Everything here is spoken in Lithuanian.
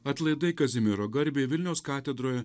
atlaidai kazimiero garbei vilniaus katedroje